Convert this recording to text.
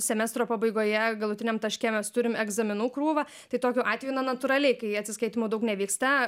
semestro pabaigoje galutiniam taške mes turim egzaminų krūvą tai tokiu atveju na natūraliai kai atsiskaitymų daug nevyksta